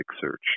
search